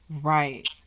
right